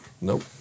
Nope